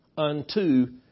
unto